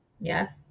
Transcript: Yes